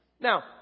Now